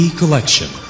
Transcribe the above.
collection